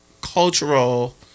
cultural